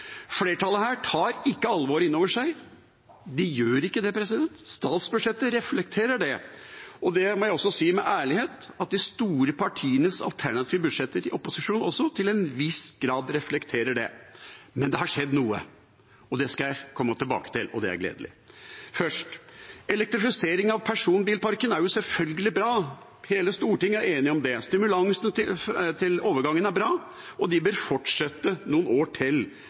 Flertallet tar ikke alvoret inn over seg – de gjør ikke det, statsbudsjettet reflekterer det. Jeg må med ærlighet si at de store partienes alternative budsjetter i opposisjon også til en viss grad reflekterer det. Men det har skjedd noe, det skal jeg komme tilbake til, og det er gledelig. Først: Elektrifisering av personbilbruken er selvfølgelig bra, hele Stortinget er enig om det. Stimulansen til overgangen er bra, og den bør fortsette noen år til